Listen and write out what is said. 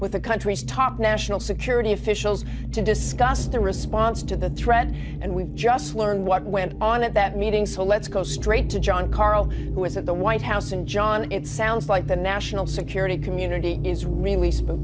with the country's top national security officials to discuss their response to the threat and we just learned what went on at that meeting so let's go straight to john karl who is at the white house and john it sounds like the national security community is released